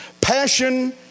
Passion